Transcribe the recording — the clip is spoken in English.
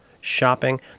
shopping